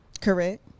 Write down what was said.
Correct